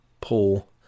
pull